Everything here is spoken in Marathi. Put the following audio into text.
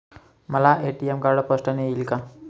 मला ए.टी.एम कार्ड पोस्टाने येईल का?